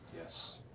Yes